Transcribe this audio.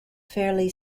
fairly